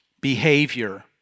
behavior